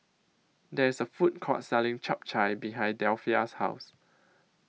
There IS A Food Court Selling Chap Chai behind Delphia's House